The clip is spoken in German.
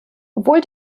obwohl